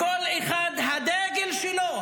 לכל אחד הדגל שלו,